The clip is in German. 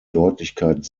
deutlichkeit